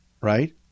right